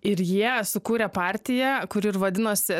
ir jie sukūrė partiją kuri ir vadinosi